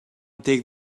take